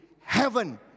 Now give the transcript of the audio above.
Heaven